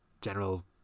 general